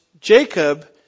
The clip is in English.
Jacob